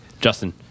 Justin